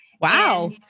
Wow